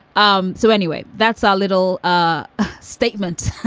um so anyway, that's our little ah statement,